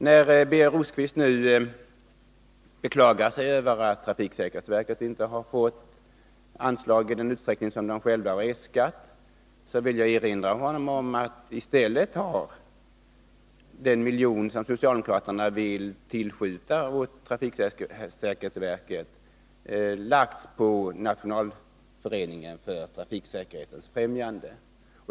När Birger Rosqvist beklagar sig över att trafiksäkerhetsverket inte får anslag i den omfattning som verket självt har äskat vill jag erinra honom om att den miljon som socialdemokraterna vill tillskjuta trafiksäkerhetsverket enligt regeringsförslaget i stället går till Nationalföreningen för trafiksäkerhetens främjande.